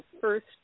first